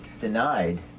Denied